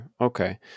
okay